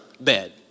bed